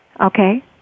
Okay